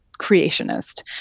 creationist